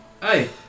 Hey